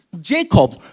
Jacob